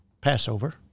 Passover